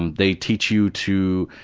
um they teach you to.